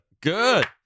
Good